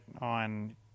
on